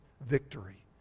victory